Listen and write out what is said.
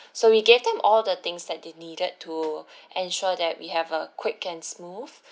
so we gave them all the things that they needed to ensure that we have a quick and smooth